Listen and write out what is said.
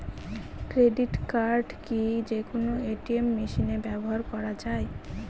Credit card কি যে কোনো এ.টি.এম মেশিনে ব্যবহার করা য়ায়?